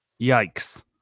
yikes